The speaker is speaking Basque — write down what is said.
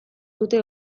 dute